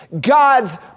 God's